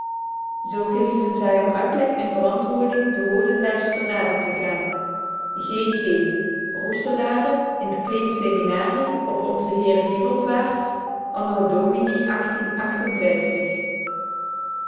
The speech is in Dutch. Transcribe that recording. zoo gelieven zy om uitleg en verantwoording de woordenlyst te rade te gaen rousselaere in t kleen seminarie op o h hemelvaert